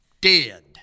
dead